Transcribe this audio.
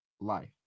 Life